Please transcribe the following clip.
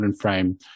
frame